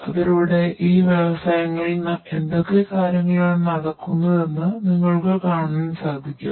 അതിലൂടെ ഈ വ്യവസായങ്ങളിൽ എന്തൊക്കെ കാര്യങ്ങൾ നടക്കുന്നുണ്ടെന്ന് നിങ്ങൾക്ക് കാണാൻ സാധിക്കും